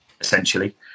essentially